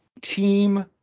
team